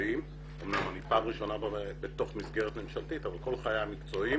אמנם אני פעם ראשונה בתוך מסגרת ממשלתית אבל כל חיי המקצועיים